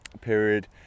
period